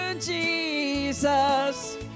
Jesus